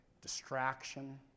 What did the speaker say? Distraction